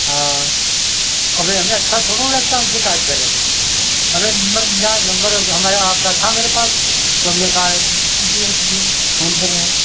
हाँ अभी हमें अच्छो थोड़ो न लगता हम शिकायत कर रहे हैं अरे नम्बर मिल जाए नम्बर हमारा आपका था मेरे पास तो हमने कहा फोन कर रहे